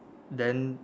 then